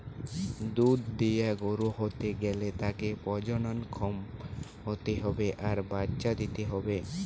দুধ দিয়া গরু হতে গ্যালে তাকে প্রজনন ক্ষম হতে হবে আর বাচ্চা দিতে হবে